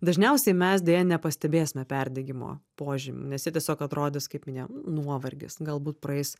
dažniausiai mes deja nepastebėsime perdegimo požymių nes jie tiesiog atrodys kaip minėjau nuovargis galbūt praeis